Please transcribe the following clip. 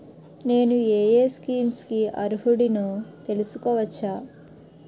నేను యే యే స్కీమ్స్ కి అర్హుడినో తెలుసుకోవచ్చా?